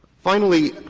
finally,